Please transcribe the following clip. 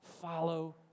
follow